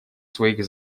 своих